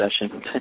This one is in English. session